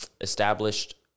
established